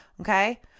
okay